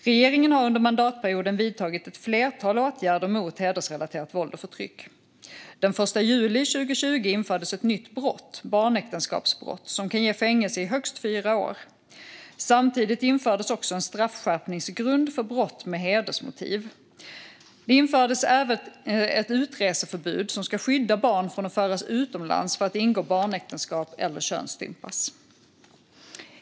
Regeringen har under mandatperioden vidtagit ett flertal åtgärder mot hedersrelaterat våld och förtryck. Den 1 juli 2020 infördes ett nytt brott, barnäktenskapsbrott, som kan ge fängelse i högst fyra år. Samtidigt infördes också en straffskärpningsgrund för brott med hedersmotiv. Det infördes även ett utreseförbud som ska skydda barn från att föras utomlands för att ingå barnäktenskap eller könsstympas.